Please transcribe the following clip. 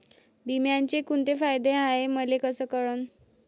बिम्याचे कुंते फायदे हाय मले कस कळन?